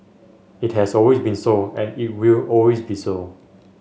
it has always been so and it will always be so